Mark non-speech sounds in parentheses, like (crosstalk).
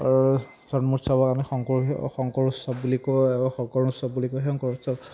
(unintelligible) জন্ম উৎসৱৰ কাৰণে শংকৰ শংকৰ উৎসৱ বুলি কয় শংকৰ উৎসৱ বুলি কয় শংকৰ উৎসৱ